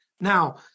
Now